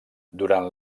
durant